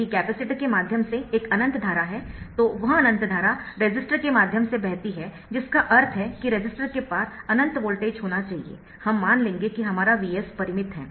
यदि कैपेसिटर के माध्यम से एक अनंत धारा है तो वह अनंत धारा रेसिस्टर के माध्यम से बहती है जिसका अर्थ है कि रेसिस्टर के पार अनंत वोल्टेज होना चाहिए हम मान लेंगे कि हमारा Vs परिमित है